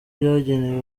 byagenewe